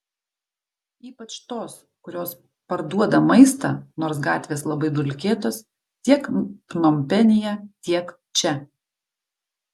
ypač tos kurios parduoda maistą nors gatvės labai dulkėtos tiek pnompenyje tiek čia